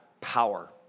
power